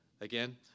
Again